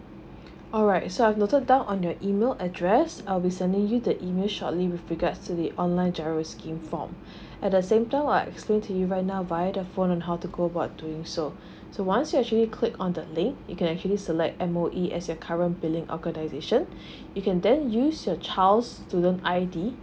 alright so I've noted down on your email address I'll be sending you the email shortly with regards to the online giro scheme form at the same time I will explain to you right now via the phone on how to go about doing so so once you actually click on the link you can actually select M_O_E as your current billing organisation you can then use your child's student I_D